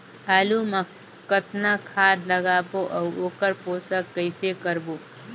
आलू मा कतना खाद लगाबो अउ ओकर पोषण कइसे करबो?